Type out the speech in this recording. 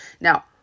Now